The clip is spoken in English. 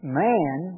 man